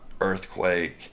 earthquake